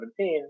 2017